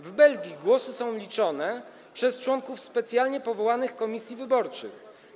W Belgii głosy są liczone przez członków specjalnie powołanych komisji wyborczych.